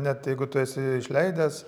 net jeigu tu esi išleidęs